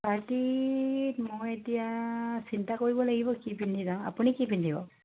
পাৰ্টীত মই এতিয়া চিন্তা কৰিব লাগিব কি পিন্ধি যাওঁ আপুনি কি পিন্ধিব